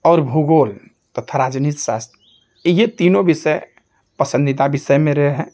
और भूगोल तथा राजनीति शास्त्र ये तीनों विषय पसंदीदा विषय मेरे हैं